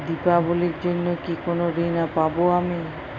দীপাবলির জন্য কি কোনো ঋণ পাবো আমি?